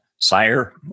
Sire